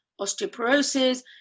osteoporosis